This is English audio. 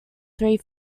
three